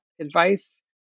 advice